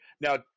Now